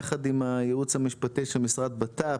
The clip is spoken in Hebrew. יחד עם הייעוץ המשפטי של משרד הבט"פ,